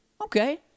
okay